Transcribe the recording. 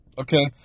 okay